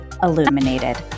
illuminated